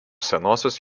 senosios